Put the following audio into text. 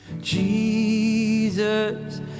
jesus